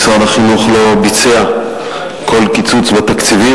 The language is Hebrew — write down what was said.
ומשרד החינוך לא ביצע כל קיצוץ בתקציבים